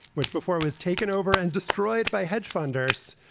which before it was taken over and destroyed by hedge funders,